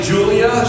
Julia